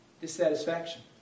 Dissatisfaction